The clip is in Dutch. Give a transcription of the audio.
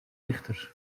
richter